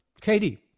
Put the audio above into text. Katie